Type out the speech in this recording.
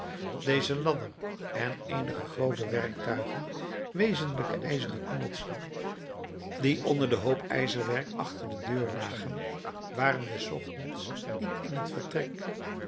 deze ladder en eenige grove werktuigen wezenlijke ijzeren knotsen die onder den hoop ijzerwerk achter de deur lagen waren des ochtends niet in het vertrek